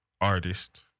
artist